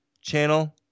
channel